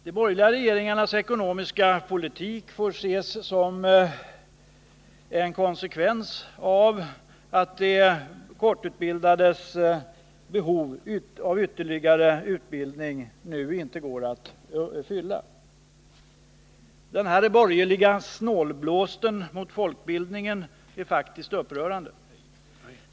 De borgerliga regeringarnas ekonomiska politik får som konsekvens att de kortutbildades behov av ytterligare utbildning inte går att fylla. Den här borgerliga snålblåsten mot folkbildningen är faktiskt upprörande.